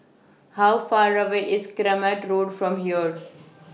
How Far away IS Kramat Road from here